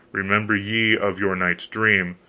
remember ye of your night's dream,